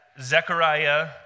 Zechariah